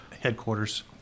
headquarters